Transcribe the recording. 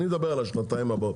אני מדבר על השנתיים הבאות.